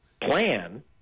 plan